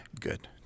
Good